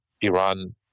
Iran